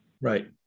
right